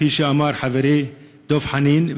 כפי שאמר חברי דב חנין,